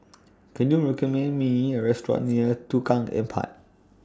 Can YOU recommend Me A Restaurant near Lorong Tukang Empat